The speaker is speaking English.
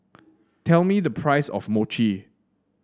tell me the price of Mochi